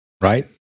right